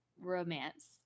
romance